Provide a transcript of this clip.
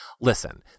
Listen